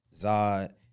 Zod